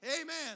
Amen